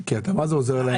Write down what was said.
כי אתה עוזר להם.